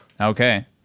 okay